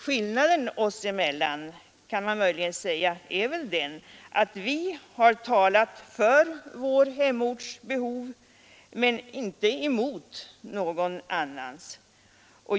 Skillnaden är väl den, kan man möjligen säga, att vi har talat för vår hemorts behov men inte emot någon annans.